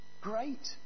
Great